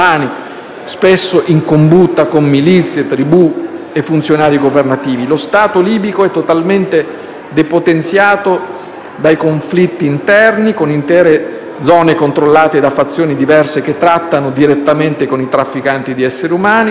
spesso in combutta con milizie, tribù e funzionari governativi. Lo Stato libico è totalmente depotenziato dai conflitti interni, con intere zone controllate da fazioni diverse che trattano direttamente con i trafficanti di esseri umani: